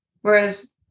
whereas